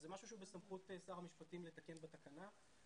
זה משהו שהוא בסמכות שר המשפטים לתקן בתקנה.